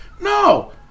No